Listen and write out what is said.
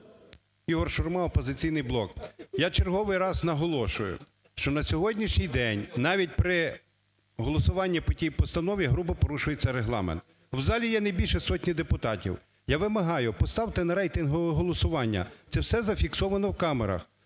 Ігор Шурма, "Опозиційний блок". Я черговий раз наголошую, що на сьогоднішній день навіть при голосуванні по тій постанові грубо порушується Регламент. В залі є не більше сотні депутатів. Я вимагаю, поставте на рейтингове голосування. Це все зафіксовано в камерах.